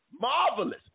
marvelous